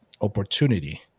opportunity